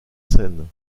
scène